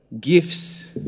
gifts